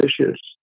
issues